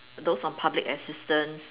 those on public assistance